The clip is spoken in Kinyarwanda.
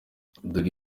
dore